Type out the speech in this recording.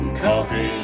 coffee